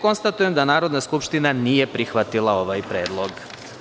Konstatujem da Narodna skupština nije prihvatila ovaj predlog.